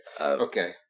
Okay